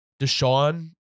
Deshaun